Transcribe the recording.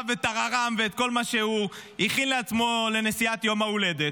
וטררם ואת כל מה שהוא הכין לעצמו לנסיעת יום ההולדת,